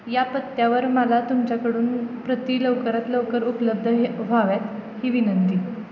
या पत्त्यावर मला तुमच्याकडून प्रति लवकरात लवकर उपलब्ध हे व्हाव्यात ही विनंती